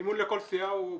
המימון לכל סיעה הוא בנפרד.